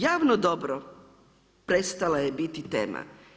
Javno dobro, prestala je biti tema.